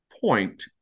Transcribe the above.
point